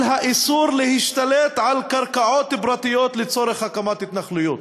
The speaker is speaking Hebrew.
על האיסור להשתלט על קרקעות פרטיות לצורך הקמת התנחלויות.